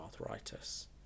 arthritis